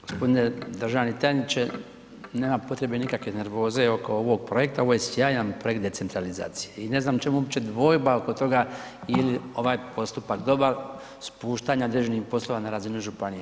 G. državni tajniče, nema potrebe nikakve nervoze oko ovog projekta, ovo je sjajan projekt decentralizacije i ne znam čemu uopće dvojba oko toga je li ovaj postupak dobar, spuštanja određenih poslova na razinu županija.